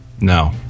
No